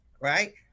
Right